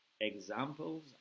examples